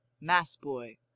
Mass-boy